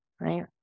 right